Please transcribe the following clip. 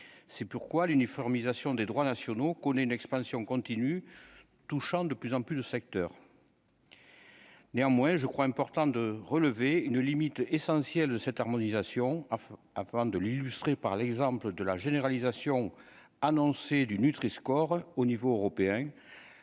c'est pourquoi l'uniformisation des droits nationaux, connaît une expansion continue touchant de plus en plus de secteurs, néanmoins je crois important de relever une limite essentiel de cette harmonisation enfin afin de l'illustrer par l'exemple de la généralisation annoncée du Nutri score au niveau européen,